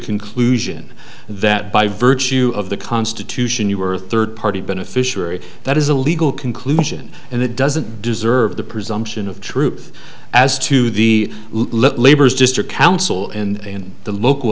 conclusion that by virtue of the constitution you are third party beneficiary that is a legal conclusion and it doesn't deserve the presumption of truth as to the labors district council and the local